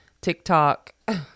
TikTok